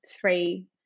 three